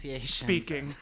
Speaking